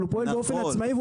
הוא פשוט פועל באופן עצמאי,